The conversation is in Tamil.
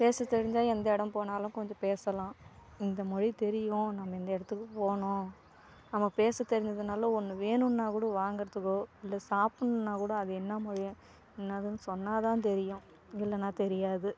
பேசத்தெரிஞ்சால் எந்த இடம் போனாலும் கொஞ்சம் பேசலாம் இந்த மொழி தெரியும் நம்ம இந்த இடத்துக்கு போகணும் நம்ம பேசத்தெரிஞ்சதுனாலே ஒன்று வேணுன்னால் கூட வாங்குகிறதுக்கோ இல்லை சாப்பிட்ன்னா கூட அது என்ன மொழி என்னது சொன்னால்தான் தெரியும் இல்லைனா தெரியாது